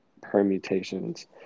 permutations